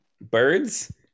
Birds